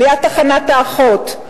ליד תחנת האחות,